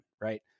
Right